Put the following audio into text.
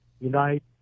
unite